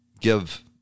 give